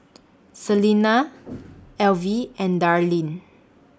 Salina Elvie and Darlene